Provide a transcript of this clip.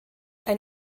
ein